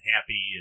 happy